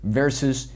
versus